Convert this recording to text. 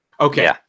Okay